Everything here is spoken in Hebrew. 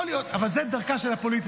יכול להיות, אבל זו דרכה של הפוליטיקה.